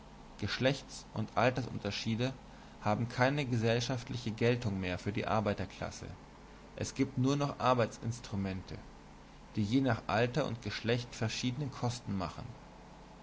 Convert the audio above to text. geschlechts und altersunterschiede haben keine gesellschaftliche geltung mehr für die arbeiterklasse es gibt nur noch arbeitsinstrumente die je nach alter und geschlecht verschiedene kosten machen